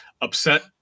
upset